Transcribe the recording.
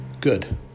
good